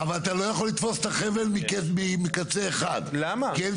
אתה לא יכול לתפוס את החבל מקצה אחד כי אין